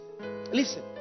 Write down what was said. listen